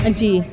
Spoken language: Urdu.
جی